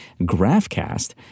GraphCast